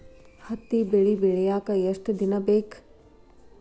ಹತ್ತಿ ಬೆಳಿ ಬೆಳಿಯಾಕ್ ಎಷ್ಟ ದಿನ ಬೇಕ್?